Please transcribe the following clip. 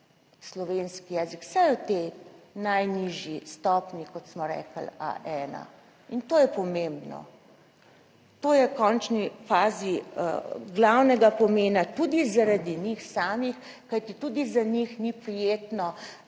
slovenski jezik, saj je v tej najnižji stopnji, kot smo rekli, A1. In to je pomembno, to je v končni fazi glavnega pomena tudi zaradi njih samih, kajti tudi za njih ni prijetno,